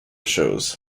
shows